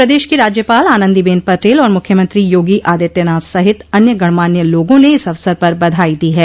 प्रदेश की राज्यपाल आनंदी बेन पटेल और मुख्यमंत्री योगी आदित्यनाथ सहित अन्य गणमान्य लोगों ने इस अवसर पर बधाई दी हैं